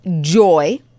joy